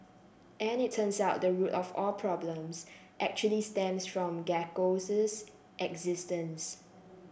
and it turns out the root of all problems actually stems from Gecko's existence